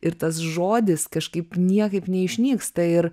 ir tas žodis kažkaip niekaip neišnyksta ir